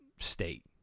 state